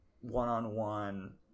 one-on-one